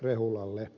rehulalle